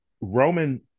Roman